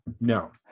No